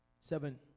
Seven